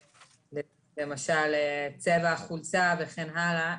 למשל צבע החולצה וכן הלאה,